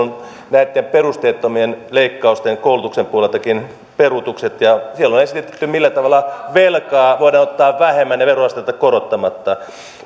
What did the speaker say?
näitten perusteettomien leikkausten koulutuksen puoleltakin peruutukset ja siellä on esitetty millä tavalla velkaa voidaan ottaa vähemmän ja veroastetta korottamatta